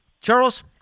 Charles